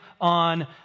on